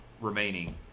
remaining